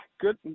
good